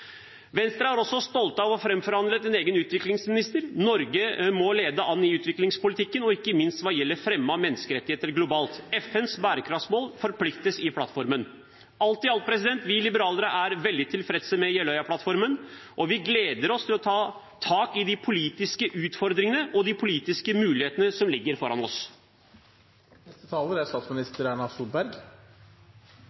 Venstre er stolt av å ha framforhandlet en egen utviklingsminister. Norge må lede an i utviklingspolitikken, ikke minst hva gjelder fremme av menneskerettigheter globalt. FNs bærekraftsmål forpliktes i plattformen. Alt i alt: Vi liberalere er veldig tilfreds med Jeløya-plattformen, og vi gleder oss til å ta tak i de politiske utfordringene og de politiske mulighetene som ligger foran